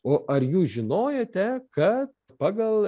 o ar jūs žinojote kad pagal